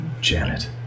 Janet